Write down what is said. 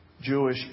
Jewish